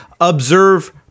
observe